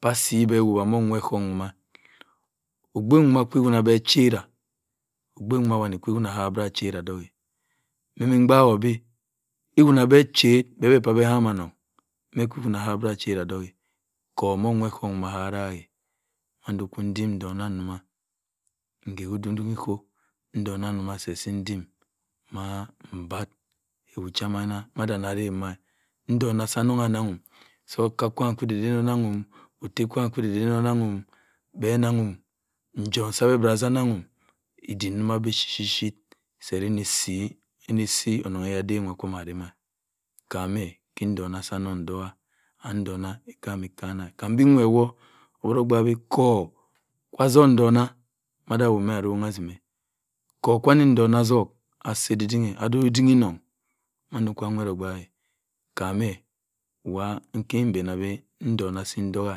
Pa-aso owuna meh owe-sophm meoma. okpei. wuma chuwe ikpe chereh. okpei wuma wanne kwu ma bera a-chireh. mm-benbe mbaak goi bi mbe mma chi bebeh pi akama anongh. meh ku kwuna ku mma bera achera odok. kwu ma owe-sophm wa magara mando di ntongha mah. nkewi odi-odi 'mkup. ntongha nke si ntim mah mbare. ntongh sa anong ana'm sa akka-kwam kwi edene onam 'm. otta kwan kwi dedane onagh 'm. beh anangh 'm mkum si beh mabera asi anangh 'm. ndiek nju mah chip-chip jeh is ada se nwa kwa ade se mah. Kam ki entongh si anong ntongha and ntongha kam e kana sambe nwewo. okweri ogbak beh ku kwa asin intogha kwu asongh ntongh immadi kome irongha asimeh ku- kwu ni ntongha ayok asu-ede-denghe. Ade odniodin onongh. ma nu kwu mwee ogbaak. Kam 'm wa kim mbenabe ntongha se mu ntongha.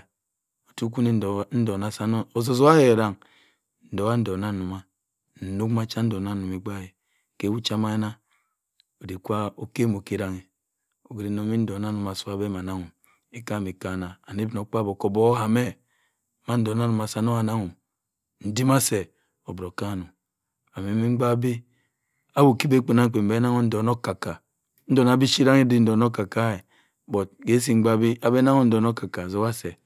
out si mu ntoghe ogiri ntongha nja si bugha anagho kam-e-kana and obinokpa bi okwu ma ntongha nja sa anong anugo ntima se obera okanin. Kam mbembe mbaak bi-ayom ke ekbi kpan-akpen onoagh obembe onangho irongha okka. irongha okka. irongha sang ma chip ode-okka-okka. but ke-osi mbaak-bi mma ananghu intongh okka-okka-abbo togha se